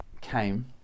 came